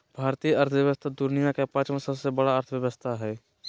भारतीय अर्थव्यवस्था दुनिया के पाँचवा सबसे बड़ा अर्थव्यवस्था हय